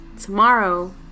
Tomorrow